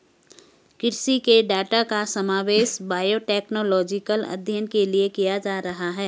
कृषि के डाटा का समावेश बायोटेक्नोलॉजिकल अध्ययन के लिए किया जा रहा है